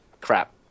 crap